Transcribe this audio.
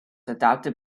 adopted